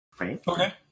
Okay